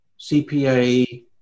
CPA